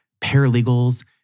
paralegals